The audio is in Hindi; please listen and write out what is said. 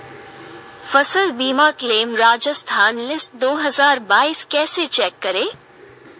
फसल बीमा क्लेम राजस्थान लिस्ट दो हज़ार बाईस कैसे चेक करें?